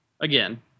Again